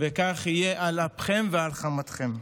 וכך יהיה על אפכם ועל חמתכם.